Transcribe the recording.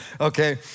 Okay